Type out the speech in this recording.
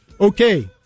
Okay